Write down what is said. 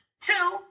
Two